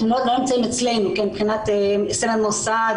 זאת אומרת הם לא נמצאים אצלנו מבחינת סמל מוסד,